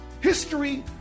History